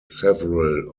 several